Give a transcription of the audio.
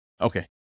Okay